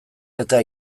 eta